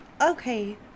Okay